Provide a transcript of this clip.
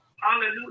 Hallelujah